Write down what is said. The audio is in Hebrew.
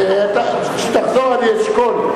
כשתחזור אני אשקול.